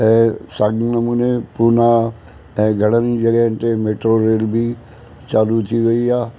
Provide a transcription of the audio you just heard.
ऐं साॻिए नमूने पूना ऐं घणनि जॻहियुनि ते मेट्रो रेल बि चालू थी वई आहे